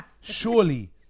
surely